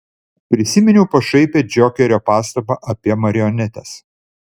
prisiminiau pašaipią džokerio pastabą apie marionetes